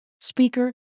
speaker